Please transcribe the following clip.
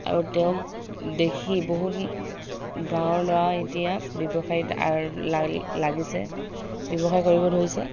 আৰু তেওঁক দেখি বহুত গাঁৱৰ ল'ৰা এতিয়া ব্যৱসায়িত আৰু লাগ লাগিছে ব্যৱসায় কৰিব ধৰিছে